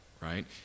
right